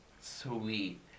Sweet